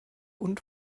und